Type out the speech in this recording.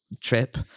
trip